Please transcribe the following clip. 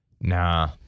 Nah